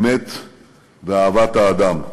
אמת ואהבת האדם,